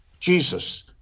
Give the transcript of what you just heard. Jesus